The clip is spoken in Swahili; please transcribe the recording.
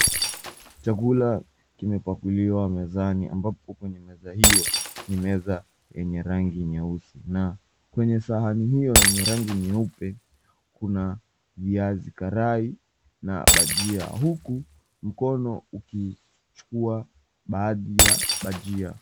Chakula kimepakuliwa mezani ambapo kwenye meza hiyo, ni meza yenye rangi nyeusi. Na kwenye sahani hiyo, yenye rangi nyeupe, kuna viazi karai na bajia. Huku mkono ukichukua baadhi ya bajia.